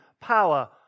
power